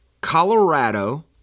Colorado